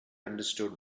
understood